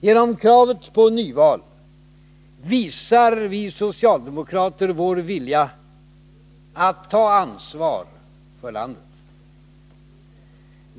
Genom kravet på nyval visar vi socialdemokrater vår vilja att ta ansvar för landet.